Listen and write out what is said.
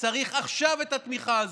צריך עכשיו את התמיכה הזו,